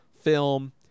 film